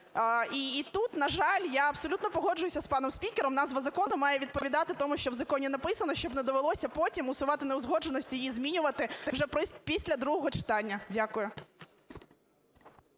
І тут, на жаль, я абсолютно погоджуюся з паном спікером – назва закону має відповідати тому, що в законі написано, щоб не довелося потім усувати неузгодженості і змінювати вже після другого читання. Дякую.